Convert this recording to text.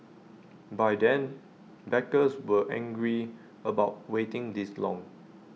by then backers were angry about waiting this long